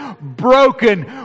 Broken